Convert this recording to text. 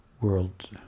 world